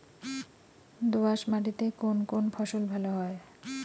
দোঁয়াশ মাটিতে কোন কোন ফসল ভালো হয়?